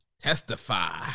Testify